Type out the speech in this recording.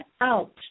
out